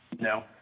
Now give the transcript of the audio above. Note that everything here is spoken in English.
No